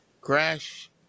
Crash